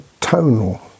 tonal